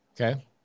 Okay